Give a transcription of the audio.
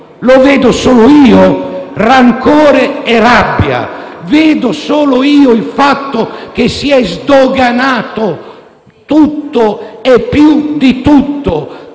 lo vedo solo io? Rancore e rabbia. Vedo solo io il fatto che si è sdoganato di tutto e di più, tanto